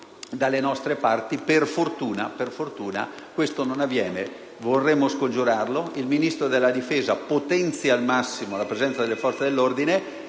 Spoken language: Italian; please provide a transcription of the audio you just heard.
dalle nostre parti, per fortuna, questo non avviene. Vorremmo scongiurare un'ipotesi del genere. Il Ministro della difesa potenzi al massimo la presenza delle forze dell'ordine,